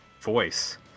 voice